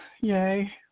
Yay